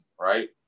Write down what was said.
right